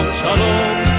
Shalom